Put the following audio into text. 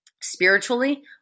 spiritually